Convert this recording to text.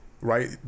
right